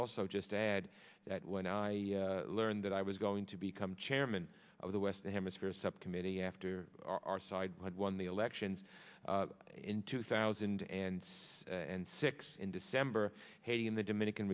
also just add that when i learned that i was going to become chairman of the western hemisphere subcommittee after our side won the elections in two thousand and six and six in december haiti in the dominican